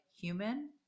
human